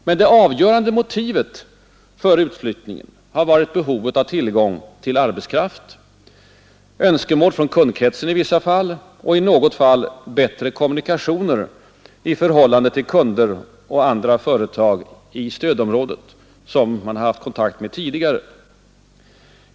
Men de avgörande motiven för utflyttningen har varit behovet av tillgång till arbetskraft, önskemål från kundkretsen i vissa fall och i något fall bättre kommunikationer i förhållande till kunder och andra företag i stödområdet som man haft kontakt med tidigare.